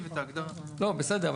בסדר,